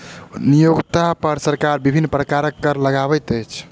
नियोक्ता पर सरकार विभिन्न प्रकारक कर लगबैत अछि